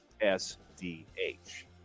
S-D-H